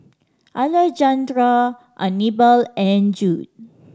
Alejandra Anibal and Jude